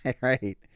Right